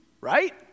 right